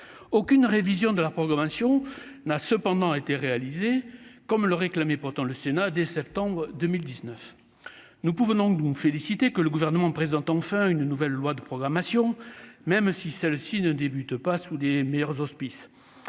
aucune révision de la programmation n'a cependant été réalisé comme le réclamaient pourtant le Sénat dès septembre 2019, nous pouvons donc nous ont félicité que le gouvernement présente enfin une nouvelle loi de programmation, même si celle-ci ne débute pas sous les meilleurs auspices